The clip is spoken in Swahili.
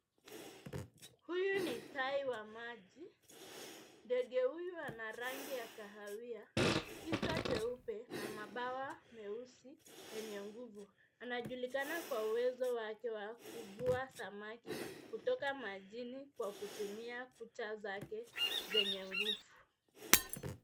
Huyu ni tai wa maji. Ndege huyo ana rangi ya kahawia kichwa cheupe na mabawa meusi yenye nguvu. Anajulikana kwa uwezo wake wa kuvua samaki kutoka majini kwa kutumia kucha zake zenye nguvu.